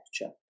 lecture